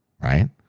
right